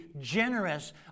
generous